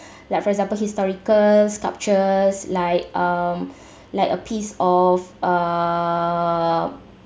like for example historical sculptures like um like a piece of err